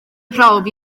prawf